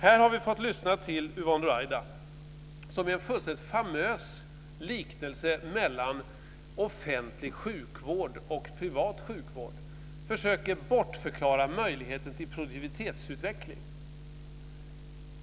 Här har vi fått lyssna till Yvonne Ruwaida, som gör en fullständigt famös liknelse mellan offentlig sjukvård och privat sjukvård. Hon försöker bortförklara möjligheten till produktivitetsutveckling.